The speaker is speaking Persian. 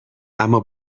اما